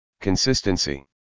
Consistency